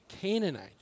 Canaanite